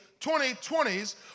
2020s